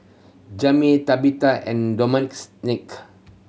Jami Tabetha and Nick